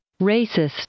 racist